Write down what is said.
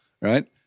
right